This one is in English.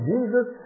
Jesus